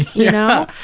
yeah.